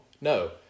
No